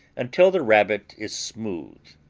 until the rabbit is smooth.